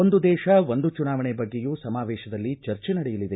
ಒಂದು ದೇಶ ಒಂದು ಚುನಾವಣೆ ಬಗ್ಗೆಯೂ ಸಮಾವೇಶದಲ್ಲಿ ಚರ್ಚೆ ನಡೆಯಲಿದೆ